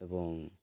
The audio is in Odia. ଏବଂ